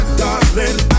darling